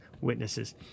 witnesses